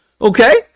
okay